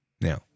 Now